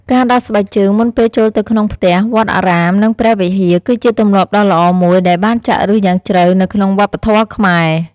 ការដោះស្បែកជើងមុនពេលចូលទៅក្នុងផ្ទះ វត្តអារាម និងព្រះវិហារ គឺជាទម្លាប់ដ៏ល្អមួយដែលបានចាក់ឫសយ៉ាងជ្រៅនៅក្នុងវប្បធម៌ខ្មែរ។